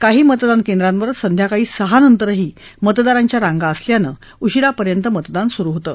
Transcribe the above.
काही मतदान केंद्रांवर सायंकाळी सहानंतरही मतदारांच्या रांगा असल्यानं उशिरापर्यंत मतदान सुरु होतं